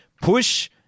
Push